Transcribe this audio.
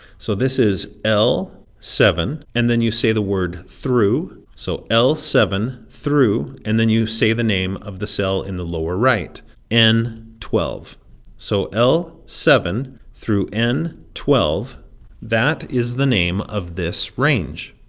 so this is l seven and then you say the word through so l seven through and then you say the name of the cell in the lower right n twelve so l seven through n. twelve that is the name of this range?